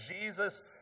Jesus